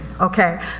okay